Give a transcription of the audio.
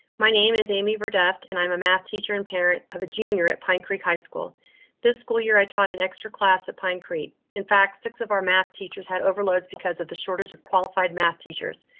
my name is amy vore dufton. i'm a math teacher and parent of a junior at pine creek high school this school year i taught an extra class at pine creek. in fact, six of our math teachers had overloads because of the shortage of qualified math teachers.